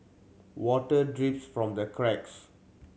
water drips from the cracks